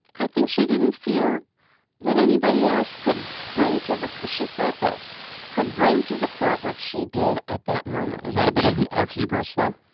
i think she didn't feel that anybody else could bring to the she said this could bring to the court what she did at that moment is that a bit of of hubris, though?